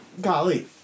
Golly